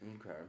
Okay